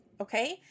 Okay